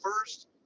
first